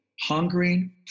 hungering